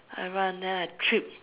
I run then I trip